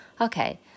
Okay